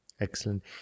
Excellent